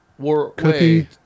Cookie